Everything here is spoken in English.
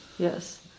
Yes